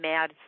Mad